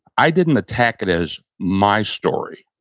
i didn't attack it as my story,